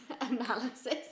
analysis